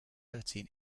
thirteen